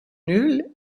nul